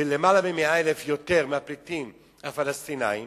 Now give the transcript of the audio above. למעלה מ-100,000 יותר מהפליטים הפלסטינים,